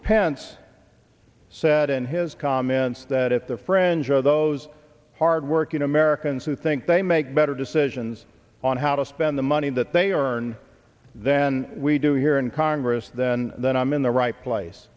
said in his comments that if the french are those hard working americans who think they make better decisions on how to spend the money that they are and then we do here in congress then then i'm in the right place